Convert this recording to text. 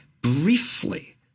briefly